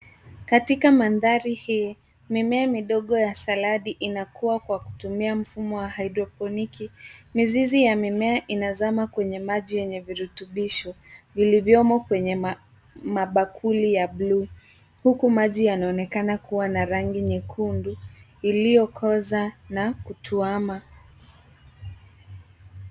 Katika mandhari hii, mimea midogo ya salad inakua kwa kutumia mfumo wa hydroponic .Mizizi ya mimea inazama kwenye maji yenye virutubisho vilivyomo kwenye mabakuli ya bluu huku maji yanaonekana kuwa na rangi nyekundu iliyokoza na kutuama.